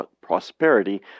prosperity